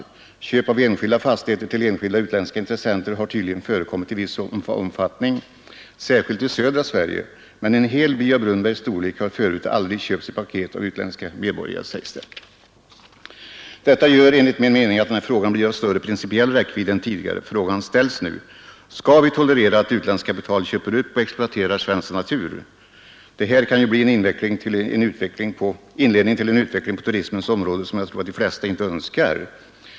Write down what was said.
Försäljning av enstaka fastigheter till enskilda utländska intressenter har tydligen förekommit i viss omfattning, särskilt i södra Sverige, men det uppges att en hel by av Brunnbergs storlek aldrig förut har köpts i paket av utländska medborgare. Detta gör enligt min uppfattning att den här frågan blir av större principiell räckvidd än tidigare. Vad det nu gäller är: Skall vi tolerera att utländskt kapital köper upp och exploaterar svensk natur? Detta kan ju bli inledning till en utveckling på turismens område som jag tror att de flesta inte önskar.